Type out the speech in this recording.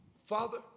Father